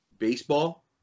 baseball